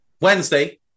Wednesday